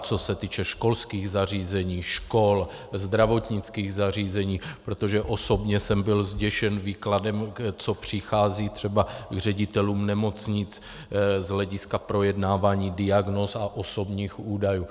Co se týče školských zařízení, škol, zdravotnických zařízení, protože osobně jsem byl zděšen výkladem, co přichází třeba k ředitelům nemocnic z hlediska projednávání diagnóz a osobních údajů.